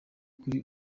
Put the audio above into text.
kuri